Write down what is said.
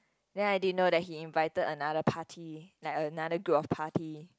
then I didn't know that he invited another party like another group of party